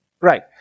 Right